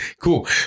Cool